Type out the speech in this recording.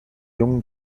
jungen